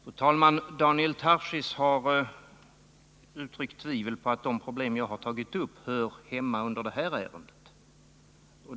Fru talman! Daniel Tarschys tvivlar på att de problem som jag har tagit upp hör hemma under detta ärende.